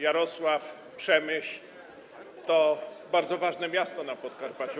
Jarosław, Przemyśl to bardzo ważne miasta na Podkarpaciu.